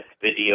video